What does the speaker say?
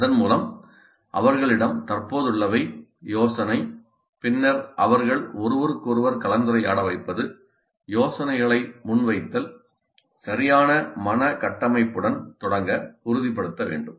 அதன் மூலம் அவர்களிடம் தற்போதுள்ளவை யோசனை பின்னர் அவர்கள் ஒருவருக்கொருவர் கலந்துரையாட வைப்பது யோசனைகளை முன்வைத்தல் சரியான மன கட்டமைப்புடன் தொடங்க உறுதிப்படுத்த வேண்டும்